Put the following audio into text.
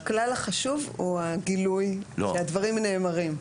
הכלל החשוב הוא הגילוי, שהדברים נאמרים.